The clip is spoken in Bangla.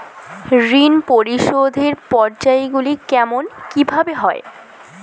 ঋণ পরিশোধের পর্যায়গুলি কেমন কিভাবে হয়?